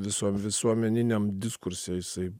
viso visuomeniniam diskurse jisai